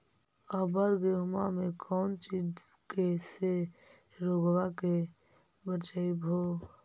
अबर गेहुमा मे कौन चीज के से रोग्बा के बचयभो?